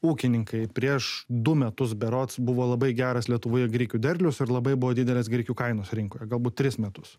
ūkininkai prieš du metus berods buvo labai geras lietuvoje grikių derlius ir labai buvo didelės grikių kainos rinkoje galbūt tris metus